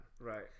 right